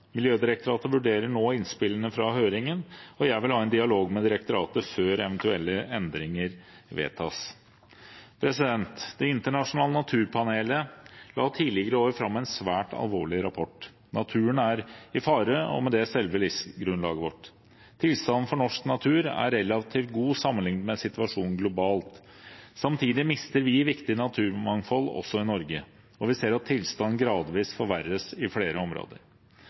Miljødirektoratet vurderer nå innspillene fra høringen, og jeg vil ha en dialog med direktoratet før eventuelle endringer vedtas. Det internasjonale naturpanelet la tidligere i år fram en svært alvorlig rapport. Naturen er i fare, og med det selve livsgrunnlaget vårt. Tilstanden for norsk natur er relativt god sammenlignet med situasjonen globalt. Samtidig mister vi viktig naturmangfold også i Norge. Og vi ser at tilstanden gradvis forverres i flere områder.